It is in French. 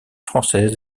française